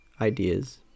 ideas